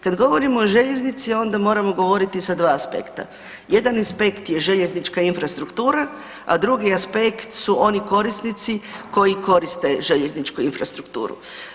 Kad govorimo o željeznici onda moramo govoriti sa dva aspekta, jedan aspekt je željeznička infrastruktura, a drugi aspekt su oni korisnici koji koriste željezničku infrastrukturu.